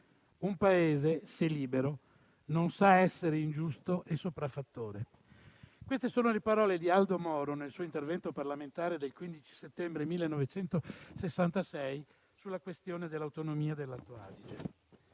Un Paese, «se libero, non sa essere ingiusto e sopraffattore». Queste sono le parole di Aldo Moro, nel suo intervento parlamentare del 15 settembre 1966 sulla questione dell'autonomia dell'Alto Adige.